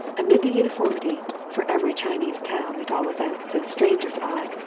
amid the uniformity, for every chinese town, at all events to the stranger's eye,